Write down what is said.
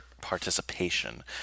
participation